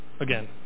again